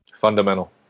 Fundamental